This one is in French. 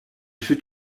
fut